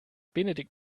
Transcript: benedikt